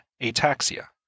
ataxia